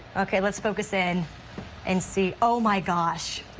ok, let's focus in and see oh my gosh.